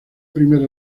primera